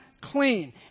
clean